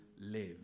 live